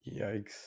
Yikes